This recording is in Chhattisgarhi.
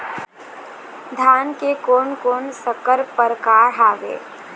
धान के कोन कोन संकर परकार हावे?